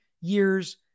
years